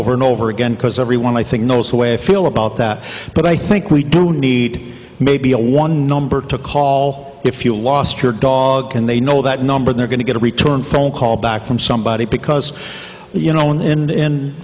over and over again because everyone i think knows the way i feel about that but i think we do need maybe a one number to call if you lost your dog and they know that number they're going to get a return phone call back from somebody because you know